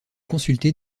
consultée